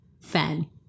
fan